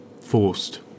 forced